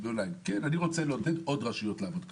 אני רוצה לעודד עוד רשויות לעבוד כך.